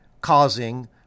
causing